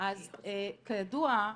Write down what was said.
אז כידוע,